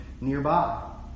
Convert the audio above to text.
nearby